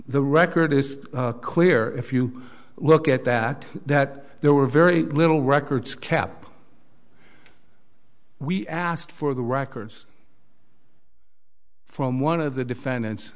the record is clear if you look at that that there were very little records kept we asked for the records from one of the defendant